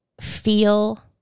feel